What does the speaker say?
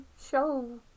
show